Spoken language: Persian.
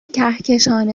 کهکشان